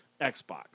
Xbox